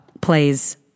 plays